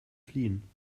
fliehen